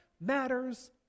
matters